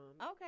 Okay